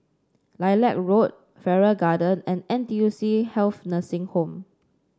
Lilac Road Farrer Garden and N T U C Health Nursing Home